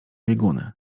bieguny